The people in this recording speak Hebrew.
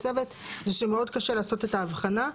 הצוות זה שמאוד קשה לעשות את ההבחנה,